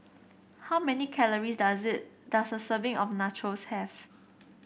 how many calories does it does a serving of Nachos have